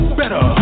better